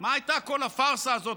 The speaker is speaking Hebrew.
מה הייתה כל הפארסה הזאת,